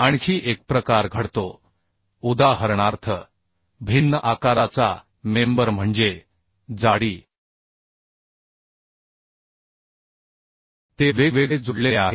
आणखी एक प्रकार घडतो उदाहरणार्थ भिन्न आकाराचा मेंबर म्हणजे जाडी ते वेगवेगळे जोडलेले आहेत